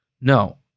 No